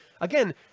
again